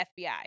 FBI